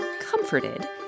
comforted